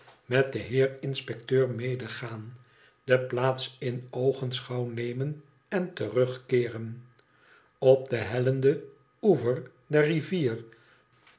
met den heer inspecteur medegaan de plaats in oogenschouw nemen en terugkeeren op den hellenden oever der rivier